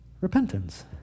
Repentance